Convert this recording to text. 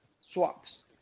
swaps